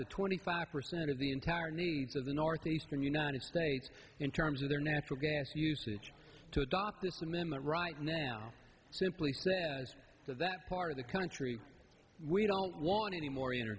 to twenty five percent of the entire needs of the northeastern united states in terms of their natural gas usage to adopt this amendment right now simply so that part of the country we don't want any more